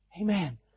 Amen